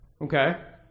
Okay